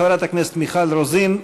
חברת הכנסת מיכל רוזין.